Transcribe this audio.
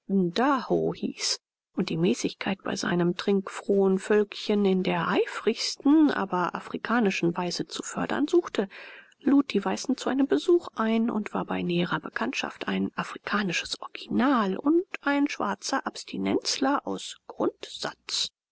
ndaho hieß und die mäßigkeit bei seinem trinkfrohen völkchen in der eifrigsten aber afrikanischen weise zu fördern suchte lud die weißen zu einem besuch ein und war bei näherer bekanntschaft ein afrikanisches original und ein schwarzer abstinenzler aus grundsatz